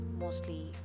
mostly